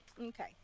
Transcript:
Okay